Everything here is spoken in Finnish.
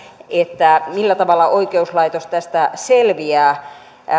millä tavalla oikeuslaitos tästä selviää